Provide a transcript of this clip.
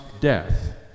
death